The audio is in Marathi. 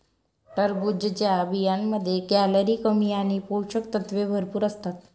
टरबूजच्या बियांमध्ये कॅलरी कमी आणि पोषक तत्वे भरपूर असतात